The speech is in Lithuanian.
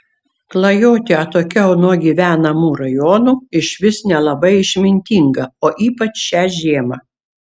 klajoti atokiau nuo gyvenamų rajonų išvis nelabai išmintinga o ypač šią žiemą